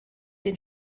den